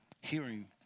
hearing